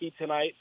tonight